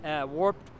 warped